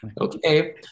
Okay